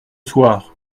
soir